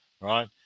right